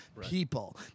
people